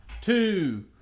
two